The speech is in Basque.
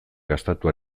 gastatu